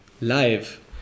live